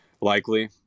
likely